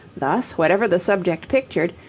thus, whatever the subject pictured,